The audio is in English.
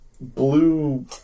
blue